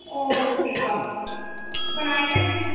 ஓ ஓகேப்பா இப்போ நான் என்னென்ன